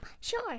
sure